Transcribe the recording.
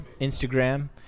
Instagram